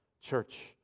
Church